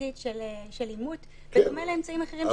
ממשלתית של אימות בדומה לאמצעים אחרים --- כן,